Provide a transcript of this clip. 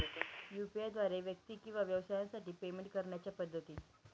UPI द्वारे व्यक्ती किंवा व्यवसायांसाठी पेमेंट करण्याच्या पद्धती